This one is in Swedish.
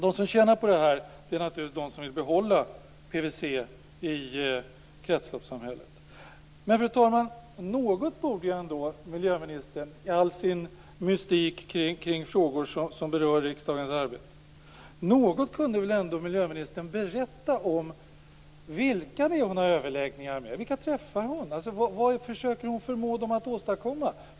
De som tjänar på detta är naturligtvis de som vill behålla PVC i kretsloppssamhället. Men, fru talman, något borde miljöministern i all sin mystik kring frågor som berör riksdagens arbete berätta om vilka det är man har överläggningar med, vilka hon träffar, vad hon försöker förmå dem att åstadkomma.